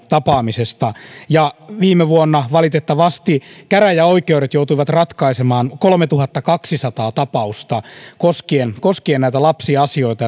tapaamisesta ja viime vuonna valitettavasti käräjäoikeudet joutuivat ratkaisemaan kolmetuhattakaksisataa tapausta koskien koskien näitä lapsiasioita